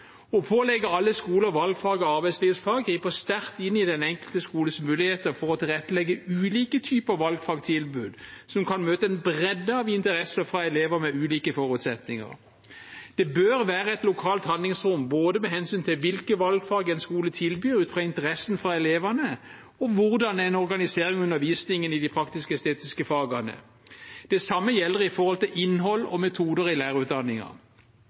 Å pålegge alle skoler valgfaget arbeidslivsfag griper sterkt inn i den enkelte skoles muligheter for å tilrettelegge ulike typer valgfagtilbud som kan møte en bredde av interesser fra elever med ulike forutsetninger. Det bør være et lokalt handlingsrom med hensyn til både hvilke valgfag en skole tilbyr ut fra interessen hos elevene, og hvordan man organiserer undervisningen i de praktisk-estetiske fagene. Det samme gjelder for innhold og metoder i lærerutdanningen. Det kan virke som om noen mener at vett og forstand i